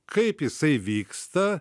kaip jisai vyksta